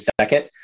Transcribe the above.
second